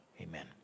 Amen